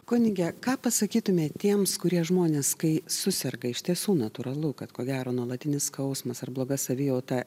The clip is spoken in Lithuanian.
kunige ką pasakytumėt tiems kurie žmonės kai suserga iš tiesų natūralu kad ko gero nuolatinis skausmas ar bloga savijauta